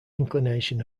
inclination